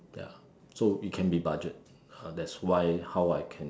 ya so you can be budget ah that's why how I can